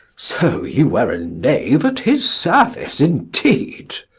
so you were a knave at his service, indeed.